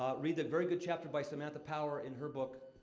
ah read the very good chapter by samantha power in her book,